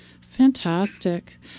Fantastic